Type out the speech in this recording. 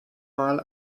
mal